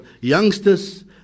youngsters